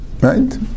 right